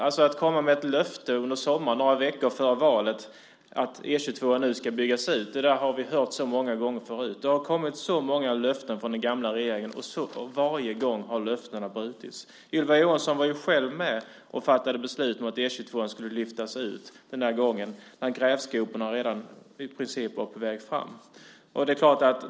Man kom med ett löfte under sommaren, några veckor före valet, om att E 22:an nu skulle byggas ut. Det har vi hört så många gånger förut. Det har kommit så många löften från den gamla regeringen, och varje gång har löftena brutits. Ylva Johansson var ju själv med och fattade beslut om att E 22:an skulle lyftas ut den gången när grävskoporna i princip redan var på väg fram.